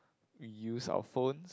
we use our phone